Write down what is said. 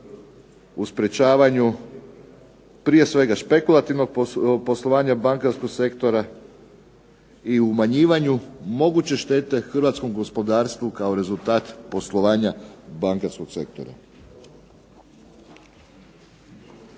u sprječavanju prije svega špekulativnog poslovanja bankarskog sektora i umanjivanju moguće štete hrvatskom gospodarstvu kao rezultat poslovanja bankarskog sektora.